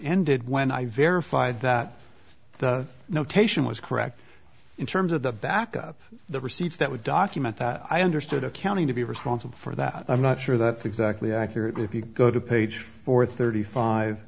ended when i verified that the notation was correct in terms of the back of the receipts that would document that i understood accounting to be responsible for that i'm not sure that's exactly accurate if you go to page four thirty five